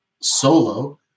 solo